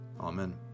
Amen